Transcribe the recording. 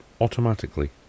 automatically